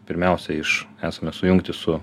pirmiausia iš esame sujungti su